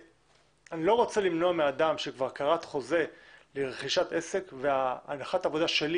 שאני לא רוצה למנוע מאדם שכבר כרת חוזה לרכישת עסק והנחת העבודה שלי